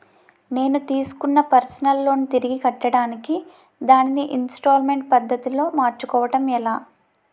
నేను తిస్కున్న personal loan తిరిగి కట్టడానికి దానిని ఇంస్తాల్మేంట్ పద్ధతి లో మార్చుకోవడం ఎలా?